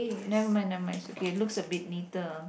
never mind never mind it's okay looks a bit neater ah